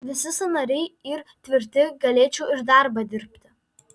visi sąnariai yr tvirti galėčiau ir darbą dirbti